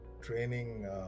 training